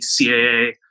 CAA